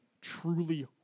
truly